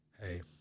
hey